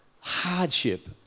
hardship